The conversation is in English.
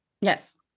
yes